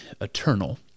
eternal